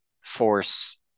force